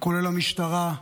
כולל המשטרה,